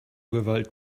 gewalt